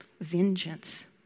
vengeance